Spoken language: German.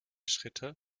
schritte